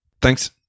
Thanks